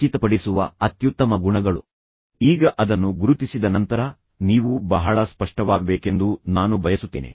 ನೆನಪಿಡಿ ಪ್ರತಿ ಸಂಘರ್ಷ ಪರಿಹಾರದ ಕೊನೆಯಲ್ಲಿ ನೀವು ಬುದ್ಧಿವಂತರಾಗುತ್ತೀರಿ ಮತ್ತು ಸಂತೋಷವಾಗಿರುತ್ತೀರಿ